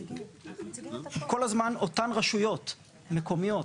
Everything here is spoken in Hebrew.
כל הזמן אותן רשויות מקומיות,